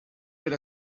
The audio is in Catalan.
per